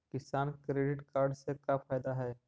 किसान credit card से का फायदा है?